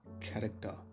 character